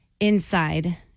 inside